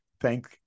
thank